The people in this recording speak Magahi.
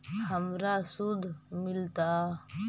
हमरा शुद्ध मिलता?